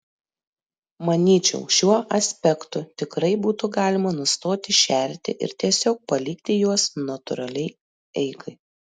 manyčiau šiuo aspektu tikrai būtų galima nustoti šerti ir tiesiog palikti juos natūraliai eigai